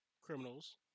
criminals